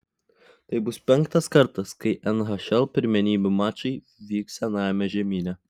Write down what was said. tai bus penktas kartas kai nhl pirmenybių mačai vyks senajame žemyne